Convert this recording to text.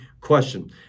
question